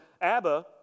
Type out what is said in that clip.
abba